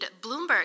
Bloomberg